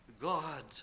God